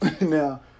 Now